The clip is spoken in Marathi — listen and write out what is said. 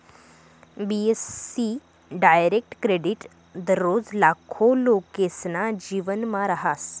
बी.ए.सी डायरेक्ट क्रेडिट दररोज लाखो लोकेसना जीवनमा रहास